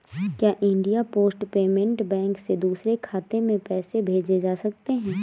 क्या India post payment bank से दूसरे खाते में पैसे भेजे जा सकते हैं?